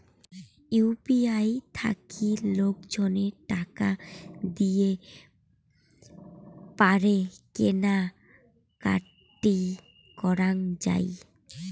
UPI থাকি লোকজনে টাকা দিয়ে পারে কেনা কাটি করাঙ যাই